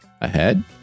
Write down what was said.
ahead